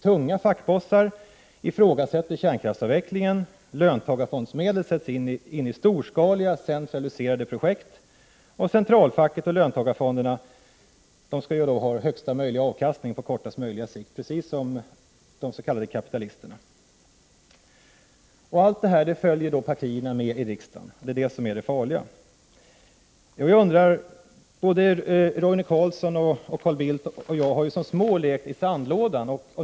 Tunga fackbossar ifrågasätter kärnkraftsavvecklingen, löntagarfondsmedel sätts in i storskaliga centraliserade projekt och centralfacket och löntagarfonderna skall ha största möjliga avkastning på kortaste möjliga tid, precis som de s.k. kapitalisterna. Allt detta följer partierna i riksdagen med på. Det är farligt. Både Carl Bildt, Roine Carlsson och jag har som små lekt i sandlådan.